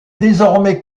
désormais